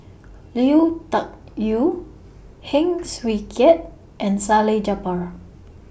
Lui Tuck Yew Heng Swee Keat and Salleh Japar